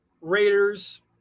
Raiders